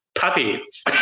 puppies